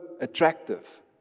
attractive